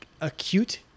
acute